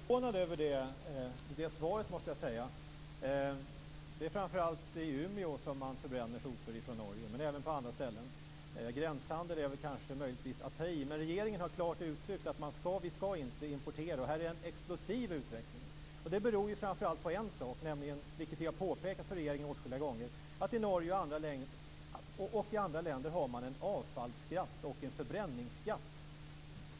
Herr talman! Jag måste säga att jag är förvånad över det svaret. Det är framför allt i Umeå som man förbränner sopor från Norge, men det sker även på andra ställen. Att tala om gränshandel är möjligtvis att ta i. Regeringen har ju klart uttryckt att Sverige inte ska importera, och här sker en explosiv utveckling. Det beror framför allt på en sak, vilket vi har påpekat för regeringen åtskilliga gånger, nämligen att man i Norge och andra länder har en avfallsskatt och en förbränningsskatt